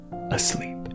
asleep